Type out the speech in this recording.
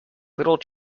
little